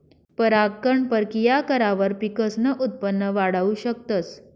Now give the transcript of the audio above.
परागकण परकिया करावर पिकसनं उत्पन वाढाऊ शकतस